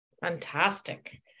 Fantastic